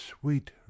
sweet